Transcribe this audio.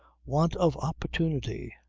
want of opportunity.